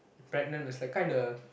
pregnant it's like kinda